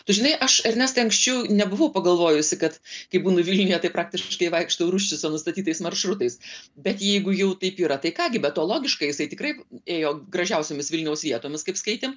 tu žinai aš ernestai anksčiau nebuvau pagalvojusi kad kai būnu vilniuje tai praktiškai vaikštau ruščico nustatytais maršrutais bet jeigu jau taip yra tai ką gi be to logiška jisai tikrai ėjo gražiausiomis vilniaus vietomis kaip skaitėm